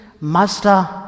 Master